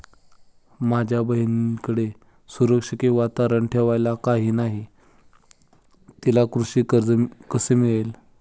माझ्या बहिणीकडे सुरक्षा किंवा तारण ठेवायला काही नसल्यास तिला कृषी कर्ज कसे मिळेल?